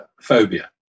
phobia